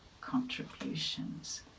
contributions